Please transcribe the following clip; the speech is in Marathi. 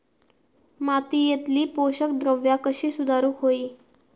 मातीयेतली पोषकद्रव्या कशी सुधारुक होई?